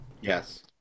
Yes